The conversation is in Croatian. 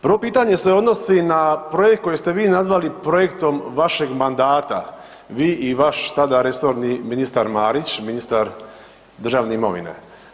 Prvo pitanje se odnosi na projekt kojeg ste vi nazvali projektom vašeg mandata, vi i vaš tada resorni ministar Marić, ministar državne imovine.